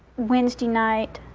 wednesday night.